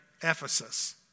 Ephesus